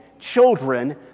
children